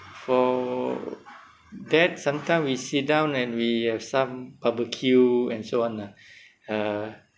for that sometime we sit down and we have some barbecue and so on lah uh